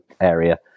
area